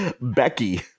Becky